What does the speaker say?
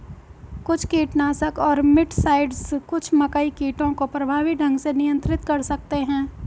कुछ कीटनाशक और मिटसाइड्स कुछ मकई कीटों को प्रभावी ढंग से नियंत्रित कर सकते हैं